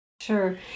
Sure